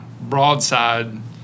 broadside